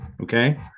okay